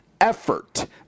effort